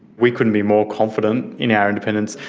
we couldn't be more confident in our independence.